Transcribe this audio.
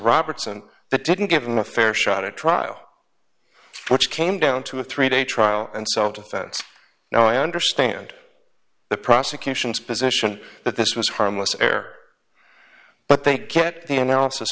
robertson that didn't give them a fair shot at trial which came down to a three day trial and self defense now i understand the prosecution's position that this was harmless air but they get the analysis